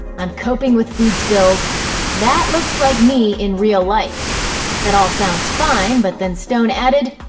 i'm coping with food spills that looks like me in real life that all sounds fine, but then stone added,